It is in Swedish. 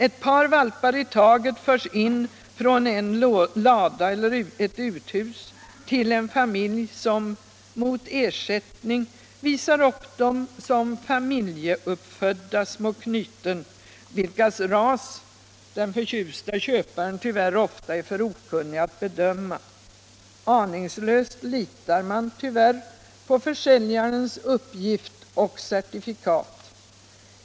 Ett par valpar i taget förs in från en lada eller ett uthus till en familj, som mot ersättning visar upp dem som familjeuppfödda små knyten, vilkas ras den förtjusta köparen dess värre ofta är för okunnig att bedöma. Aningslöst litar man tyvärr på säljarens uppgift och certifikat.